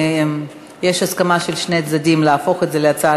יש הסכמה של שני הצדדים להפוך את זה להצעה